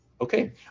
Okay